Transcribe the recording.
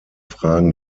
fragen